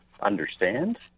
understand